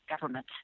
government